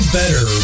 better